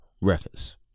records